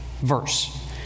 verse